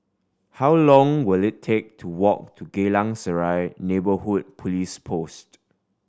how long will it take to walk to Geylang Serai Neighbourhood Police Post